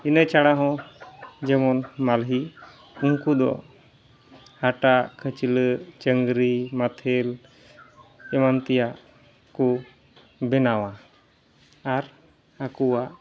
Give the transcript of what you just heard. ᱤᱱᱟᱹ ᱪᱷᱟᱲᱟ ᱦᱚᱸ ᱡᱮᱢᱚᱱ ᱢᱟᱞᱦᱤ ᱩᱱᱠᱚᱫᱚ ᱦᱟᱴᱟᱜ ᱠᱷᱟᱹᱪᱞᱟᱹᱜ ᱪᱟᱹᱝᱜᱽᱨᱤ ᱢᱟᱛᱦᱮᱞ ᱮᱢᱟᱱᱛᱮᱭᱟᱜ ᱠᱚ ᱵᱮᱱᱟᱣᱟ ᱟᱨ ᱟᱠᱚᱣᱟᱜ